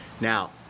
now